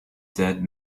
dead